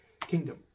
kingdom